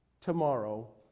tomorrow